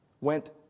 went